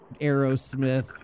Aerosmith